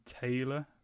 Taylor